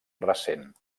recent